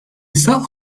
ise